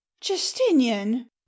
Justinian